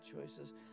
choices